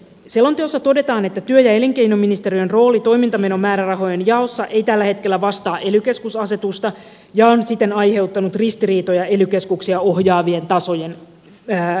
selonteossa todetaan että työ ja elinkeinoministeriön rooli toimintameno määrärahojen jaossa ei tällä hetkellä vastaa ely keskusasetusta ja on siten aiheuttanut ristiriitoja ely keskuksia ohjaavien tasojen välille